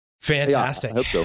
Fantastic